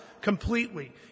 completely